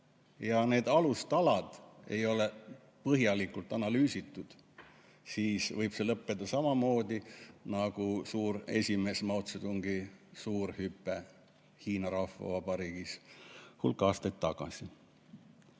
ja kui alustalad ei ole põhjalikult analüüsitud, siis võib see lõppeda samamoodi nagu suure esimehe Mao Zedongi suur hüpe Hiina Rahvavabariigis hulk aastaid tagasi. On